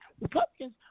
Republicans